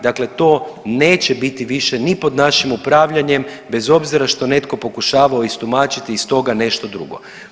Dakle, to neće biti više niti pod našim upravljanjem bez obzira što netko pokušavao istumačiti iz toga nešto drugo.